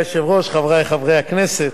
הוא יירשם בספר החוקים.